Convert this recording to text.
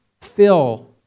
fill